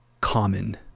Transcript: common